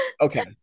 Okay